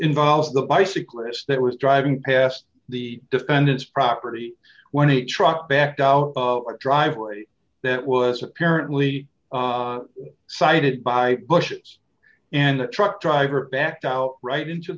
involve the bicyclists that was driving past the defendant's property when a truck backed out of a driveway that was apparently cited by bushes and the truck driver backed out right into